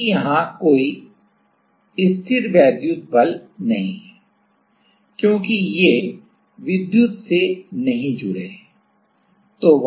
अभी यहां कोई स्थिरवैद्युत बल नहीं है क्योंकि ये विद्युत से नहीं जुड़े हैं